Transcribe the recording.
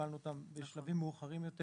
קיבלנו אותם בשלבים מאוחרים יותר